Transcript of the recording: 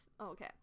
Okay